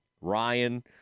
Ryan